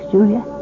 Julia